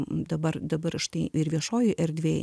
dabar dabar štai ir viešojoj erdvėj